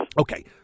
Okay